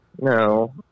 No